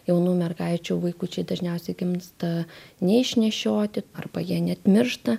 jaunų mergaičių vaikučiai dažniausiai gimsta neišnešioti arba jie net miršta